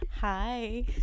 hi